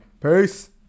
Peace